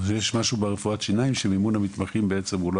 יש משהו ברפואת שיניים שמימון המתמחים הוא לא